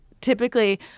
Typically